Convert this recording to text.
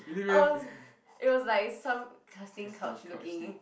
it was like some casting couch looking